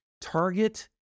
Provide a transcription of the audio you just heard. Target